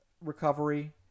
recovery